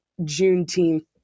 Juneteenth